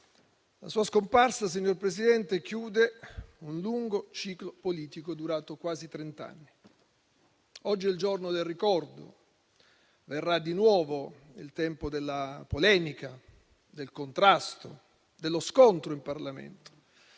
La sua scomparsa, signor Presidente, chiude un lungo ciclo politico durato quasi trent'anni. Oggi è il giorno del ricordo, verrà di nuovo il tempo della polemica, del contrasto e dello scontro in Parlamento;